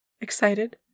excited